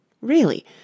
Really